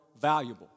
valuable